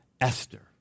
Esther